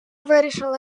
вирішили